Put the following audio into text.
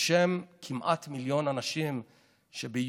בשם כמעט מיליון אנשים שביולי,